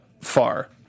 far